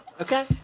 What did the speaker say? okay